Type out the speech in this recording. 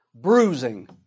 bruising